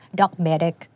dogmatic